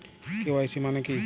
KYC মানে কী?